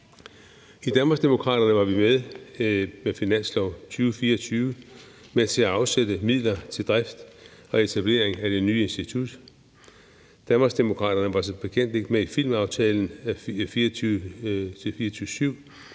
I Danmarksdemokraterne var vi med finansloven for 2024 med til at afsætte midler til drift og etablering af det nye institut. Danmarksdemokraterne var som bekendt ikke med i filmaftalen 2024-2027,